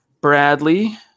Bradley